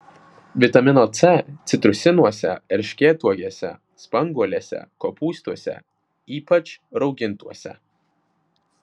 vitamino c citrusiniuose erškėtuogėse spanguolėse kopūstuose ypač raugintuose